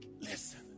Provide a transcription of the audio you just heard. Listen